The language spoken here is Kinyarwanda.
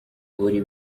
buri